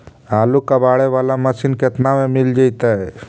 आलू कबाड़े बाला मशीन केतना में मिल जइतै?